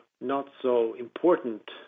not-so-important